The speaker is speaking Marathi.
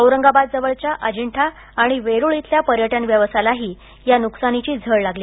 औरंगाबाद जवळच्या अजिंठा आणि वेरूळ इथल्या पर्यटन व्यवसायालाही या नुकसानीची झळ लागली